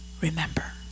Remember